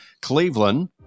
Cleveland